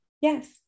yes